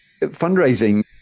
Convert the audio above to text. fundraising